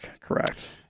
correct